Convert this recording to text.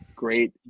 Great